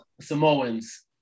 samoans